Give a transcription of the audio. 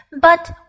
But